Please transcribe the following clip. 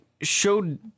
showed